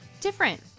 different